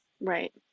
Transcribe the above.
Right